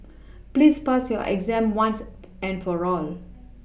please pass your exam once and for all